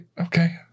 okay